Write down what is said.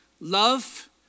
love